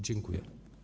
Dziękuję.